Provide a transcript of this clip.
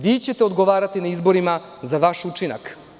Vi ćete odgovarati na izborima za vaš učinak.